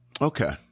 Okay